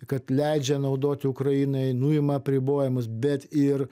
kad leidžia naudoti ukrainai nuima apribojimus bet ir